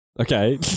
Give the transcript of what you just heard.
Okay